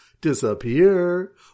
disappear